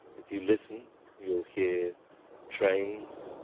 if you listen you'll hear trains,